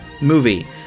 movie